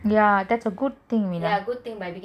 ya that's a good thing you know